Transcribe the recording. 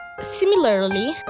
Similarly